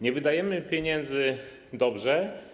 Nie wydajemy pieniędzy dobrze.